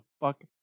fuck